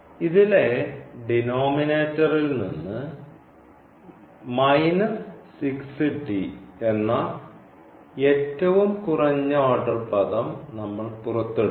ഇതിലെ ഡിനോമിനേറ്ററിൽ നിന്ന് എന്ന ഏറ്റവും കുറഞ്ഞ ഓർഡർ പദം നമ്മൾ പുറത്ത് എടുക്കും